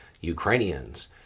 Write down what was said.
Ukrainians